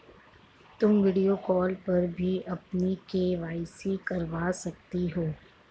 तुम video call पर भी अपनी के.वाई.सी करवा सकती हो